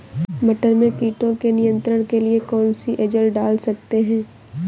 मटर में कीटों के नियंत्रण के लिए कौन सी एजल डाल सकते हैं?